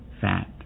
fat